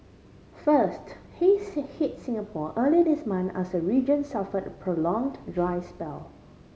first haze hit Singapore earlier this month as the region suffered a prolonged spell